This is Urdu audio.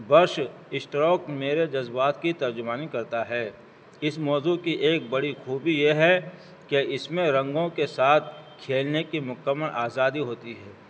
برش اسٹروک میرے جذبات کی ترجمانی کرتا ہے اس موضوع کی ایک بڑی خوبی یہ ہے کہ اس میں رنگوں کے ساتھ کھیلنے کی مکمل آزادی ہوتی ہے